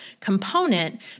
component